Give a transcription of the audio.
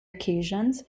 occasions